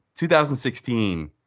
2016